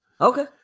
Okay